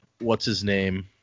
What's-His-Name